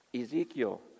Ezekiel